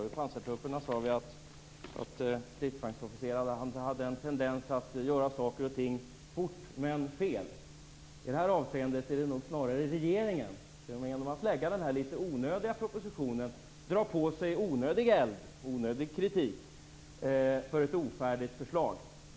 I pansartrupperna sade vi att stridsvagnsofficerarna hade en tendens att göra saker och ting fort men fel. I det här fallet är det nog snarare regeringen som genom att lägga fram den här litet onödiga propositionen drar på sig onödig eld, onödig kritik, för ett ofärdigt förslag.